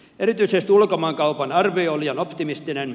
erityisesti ulkomaankaupan arvio on liian optimistinen